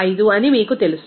08205 అని మీకు తెలుసు